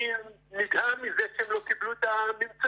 אני נדהם מזה שהם לא קיבלו את הממצאים.